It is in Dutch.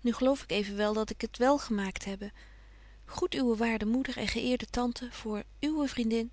nu geloof ik evenwel dat ik het wel gemaakt hebbe groet uwe waarde moeder en geëerde tante voor uwe vriendin